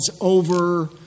over